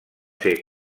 ser